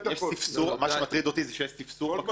מטריד אותי שיש ספסור קרקעות.